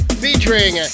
featuring